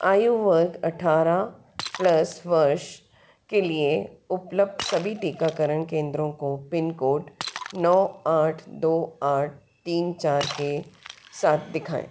आयु वर्ग अठारह प्लस वर्ष के लिए उपलब्ध सभी टीकाकरण केंद्रों को पिन कोड नौ आठ दो आठ तीन चार के साथ दिखाएँ